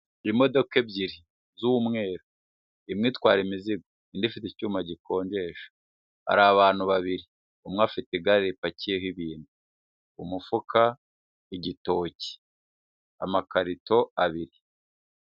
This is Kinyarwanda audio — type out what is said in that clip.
Imodoka ebyiri z'umweru imwe itwara imizigo indi ifite icyuma gikonjesha hari abantu babiri umwe afite igare ripakiyeho ibintu umufuka, igitoki, amakarito abiri.